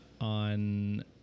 on